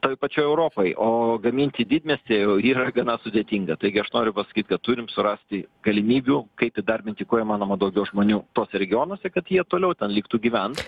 toj pačioj europoj o gaminti didmiestyje jau yra gana sudėtinga taigi aš noriu pasakyt kad turim surasti galimybių kaip įdarbinti kuo įmanoma daugiau žmonių tuose regionuose kad jie toliau ten liktų gyvent